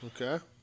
Okay